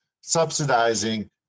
subsidizing